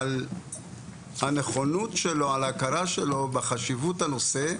על הנכונות שלו ועל ההכרה שלו בחשיבות הנושא,